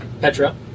Petra